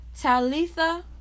talitha